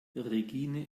regine